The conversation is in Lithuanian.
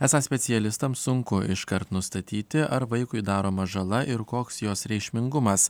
esą specialistams sunku iškart nustatyti ar vaikui daroma žala ir koks jos reikšmingumas